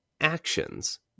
actions